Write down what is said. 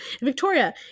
Victoria